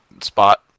spot